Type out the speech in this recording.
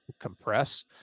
compress